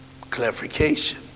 clarification